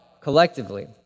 collectively